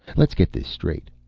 let's get this straight.